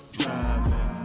driving